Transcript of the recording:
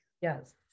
Yes